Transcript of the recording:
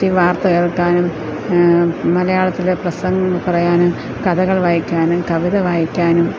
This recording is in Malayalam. വാർത്ത കേൾക്കാനും മലയാളത്തിലെ പ്രസംഗം പറയാനും കഥകൾ വായിക്കാനും കവിത വായിക്കാനും